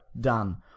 Done